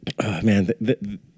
Man